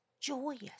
joyous